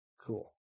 Cool